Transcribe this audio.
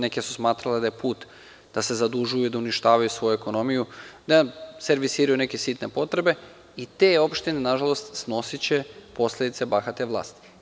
Neke su smatrale da je put da se zadužuju i uništavaju svoju ekonomiju, da servisiraju neke sitne potrebe i te opštine, nažalost, snosiće posledice bahate vlasti.